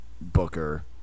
Booker